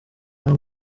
nta